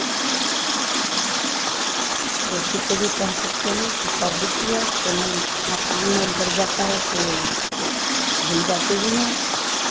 पड़ोसी को भी कह सकते हैं तो कर देती है कोनो अपना काम में लग जाता है तो भूल जाती भी है